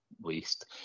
waste